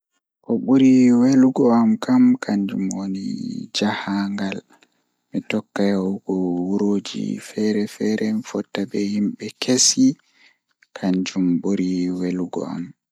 Ko buri vekugo am kam kanjum woni jahangal mi tokka yahugo wurooj feeer-feere mi fotta be himbe kesi kanjum buri welugo am.